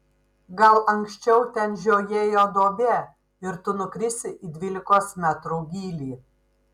gal anksčiau ten žiojėjo duobė ir tu nukrisi į dvylikos metrų gylį